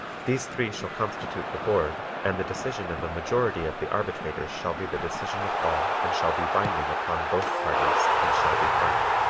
these three shall constitute the board and the decision of a majority of the arbitrators shall be the decision of all and shall be binding upon both parties and shall be final.